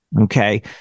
okay